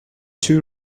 two